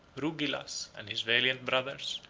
rugilas, and his valiant brothers,